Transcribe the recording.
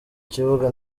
kibuga